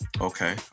Okay